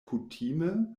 kutime